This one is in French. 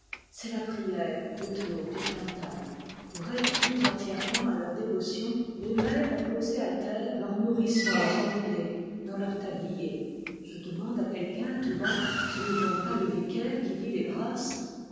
c'est la prière autour du tantad pour être plus entièrement à leurs dévotions les mères ont posé à terre leurs nourrissons enroulés dans leurs tabliers je demande à quelqu'un tout bas ce n'est donc pas le vicaire qui dit les grâces